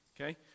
Okay